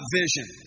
vision